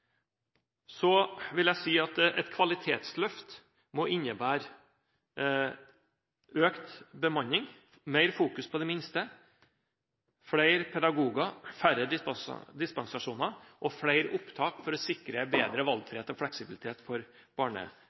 Så vil jeg si at et kvalitetsløft må innebære økt bemanning, mer fokus på de minste, flere pedagoger, færre dispensasjoner og flere opptak for å sikre bedre valgfrihet og fleksibilitet for